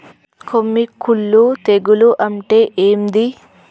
కొమ్మి కుల్లు తెగులు అంటే ఏంది?